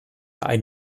ein